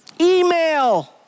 email